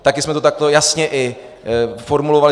Taky jsme to takto jasně formulovali.